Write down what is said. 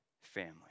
family